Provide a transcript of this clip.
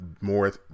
More